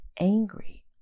angry